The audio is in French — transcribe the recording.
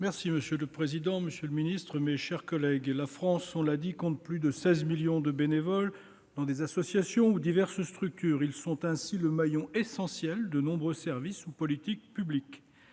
Bazin. Monsieur le président, monsieur le secrétaire d'État, mes chers collègues, la France, cela a été dit, compte plus de 16 millions de bénévoles, oeuvrant dans des associations ou diverses structures. Ils sont le maillon essentiel de nombreux services ou politiques publics.